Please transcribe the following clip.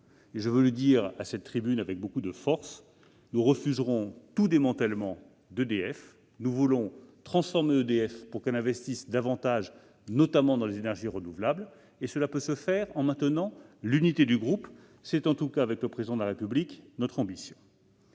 Je veux le dire à cette tribune avec beaucoup de force : nous refuserons tout démantèlement d'EDF. Nous voulons la transformer pour qu'elle investisse davantage, notamment dans les énergies renouvelables, et cela peut se faire en maintenant l'unité du groupe. Avec le Président de la République, c'est notre ambition.